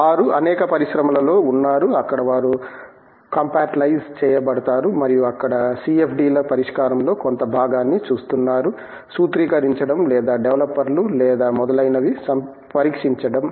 వారు అనేక పరిశ్రమలలో ఉన్నారు అక్కడ వారు కంపార్టలైజ్ చేయబడతారు మరియు అక్కడ CFD ల పరిష్కారంలో కొంత భాగాన్ని చూస్తున్నారు సూత్రీకరించడం లేదా డెవలపర్లు లేదా మొదలైనవి పరీక్షించడం